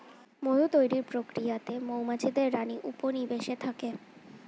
মধু তৈরির প্রক্রিয়াতে মৌমাছিদের রানী উপনিবেশে থাকে